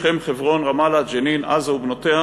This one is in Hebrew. שכם, חברון, רמאללה, ג'נין, עזה ובנותיה